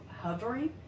hovering